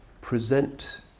present